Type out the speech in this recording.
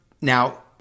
now